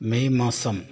May മാസം